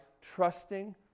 trusting